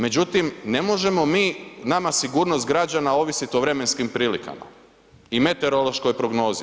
Međutim ne možemo mi, nama sigurnost građana ovisiti o vremenskim prilikama i meteorološkoj prognozi.